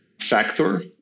factor